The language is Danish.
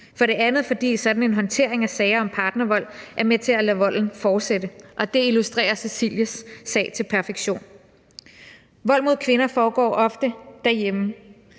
For det andet, fordi sådan en håndtering af sager om partnervold er med til at lade volden fortsætte. Det illustrerer Cecilies sag til perfektion. Vold mod kvinder foregår ofte derhjemme.